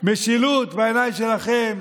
משילות בעיניים שלכם,